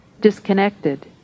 disconnected